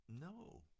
no